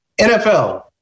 NFL